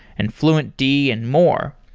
and fluentd and more.